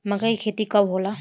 मक्का के खेती कब होला?